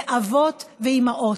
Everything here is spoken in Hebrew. זה אבות ואימהות,